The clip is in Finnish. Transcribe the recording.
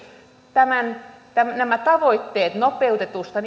nämä tavoitteet nopeutetusta